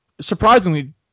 surprisingly